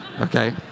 Okay